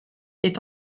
est